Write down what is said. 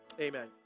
amen